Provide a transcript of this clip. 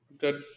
good